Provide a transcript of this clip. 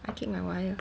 I keep my wire